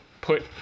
put